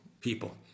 people